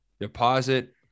deposit